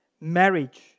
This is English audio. marriage